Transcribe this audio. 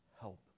help